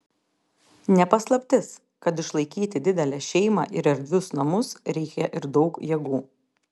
ne paslaptis kad išlaikyti didelę šeimą ir erdvius namus reikia ir daug jėgų